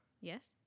Yes